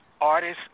artists